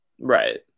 Right